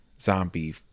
zombie